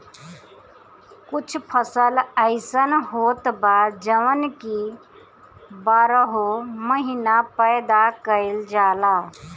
कुछ फसल अइसन होत बा जवन की बारहो महिना पैदा कईल जाला